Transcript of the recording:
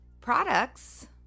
products